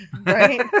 Right